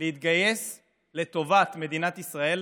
להתגייס לטובת מדינת ישראל